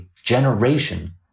generation